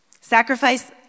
Sacrifice